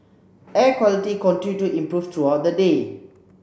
air quality continued to improve throughout the day